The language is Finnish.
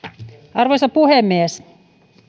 arvoisa puhemies